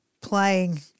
playing